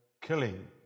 killing